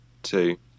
Two